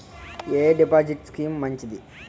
ఎ deposit scheme మంచిది?